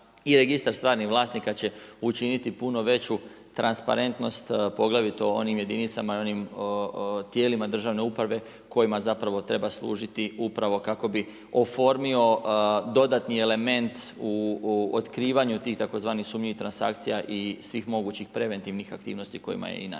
i registar stvarnih vlasnika će učiniti puno veću transparentnost poglavito onim jedinicama i onim tijelima državne uprave kojima zapravo treba služiti upravo kako bi oformio dodatni element u otkrivanju tih tzv. sumnjivih transakcija i svih mogućih preventivnih aktivnosti kojima je i namijenjen.